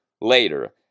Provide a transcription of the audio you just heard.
later